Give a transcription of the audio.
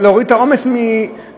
להוריד את העומס מבתי-המשפט,